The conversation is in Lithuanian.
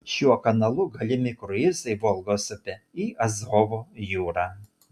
šiuo kanalu galimi kruizai volgos upe į azovo jūrą